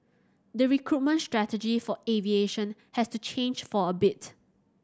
the recruitment strategy for aviation has to change for a bit